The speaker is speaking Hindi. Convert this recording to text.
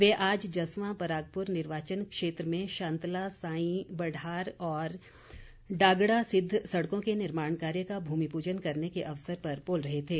वे आज जसवां परागपुर निर्वाचन क्षेत्र में शांतला साई बढ़ार और डागड़ा सिद्ध सड़कों के निर्माण कार्य का भूमि पूजन करने के अवसर पर बोल रहे थे